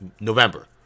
November